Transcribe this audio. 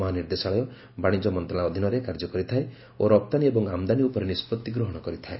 ମହାନିର୍ଦ୍ଦେଶାଳୟ ବାଶିଜ୍ୟ ମନ୍ତ୍ରଶାଳୟ ଅଧୀନରେ କାର୍ଯ୍ୟ କରିଥାଏ ଓ ରପ୍ତାନୀ ଏବଂ ଆମଦାନୀ ଉପରେ ନିଷ୍ବଭି ଗ୍ରହଶ କରିଥାଏ